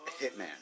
Hitman